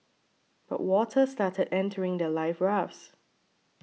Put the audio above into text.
but water started entering their life rafts